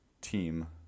team